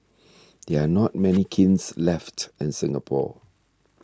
there are not many kilns left in Singapore